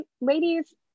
ladies